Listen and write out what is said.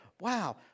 wow